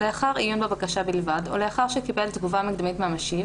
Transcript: לאחר עיון בבקשה בלבד או לאחר שקיבל תגובה מקדמית מהמשיב